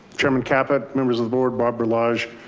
chairman kappa members of the board, bob lodge,